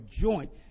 joint